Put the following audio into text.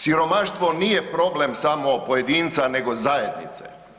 Siromaštvo nije problem samo pojedinca nego zajednice.